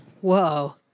Whoa